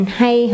hay